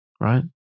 Right